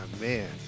Man